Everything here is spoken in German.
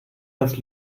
das